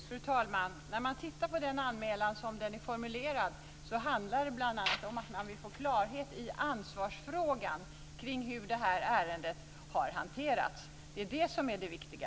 Fru talman! När man tittar på anmälan som den är formulerad handlar det bl.a. om att man vill få klarhet i ansvarsfrågan kring hur det här ärendet har hanterats. Det är det som är det viktiga.